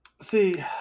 See